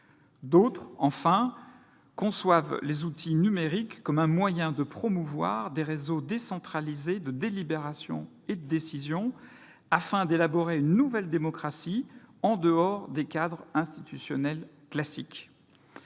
D'autres, enfin, conçoivent les outils numériques comme un moyen de promouvoir des réseaux décentralisés de délibération et de décision, afin d'élaborer une nouvelle démocratie en dehors des cadres institutionnels classiques.